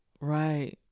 Right